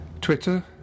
Twitter